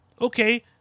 Okay